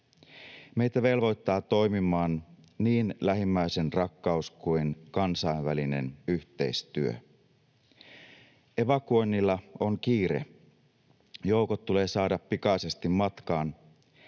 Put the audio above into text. Meitä velvoittavat toimimaan niin lähimmäisenrakkaus kuin kansainvälinen yhteistyö. Evakuoinnilla on kiire. Joukot tulee saada pikaisesti matkaan.